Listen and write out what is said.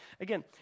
Again